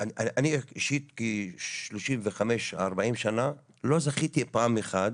אני אישית כ-35-40 שנים לא זכיתי פעם אחת